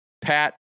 Pat